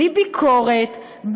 בלי ביקורת,